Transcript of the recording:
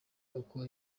uko